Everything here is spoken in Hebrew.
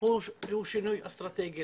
הוא שינוי אסטרטגי.